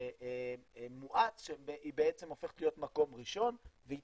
מואץ שהיא הופכת להיות מקום ראשון והיא